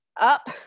up